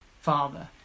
father